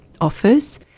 offers